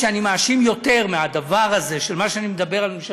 אני מאשים יותר בדבר הזה של מה שאני מדבר עליו,